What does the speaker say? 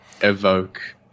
evoke